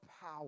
power